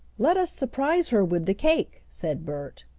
let us surprise her with the cake, said bert.